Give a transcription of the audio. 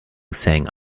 sang